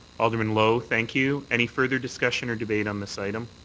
alderman lowe. thank you. any further discussion or debate on this item?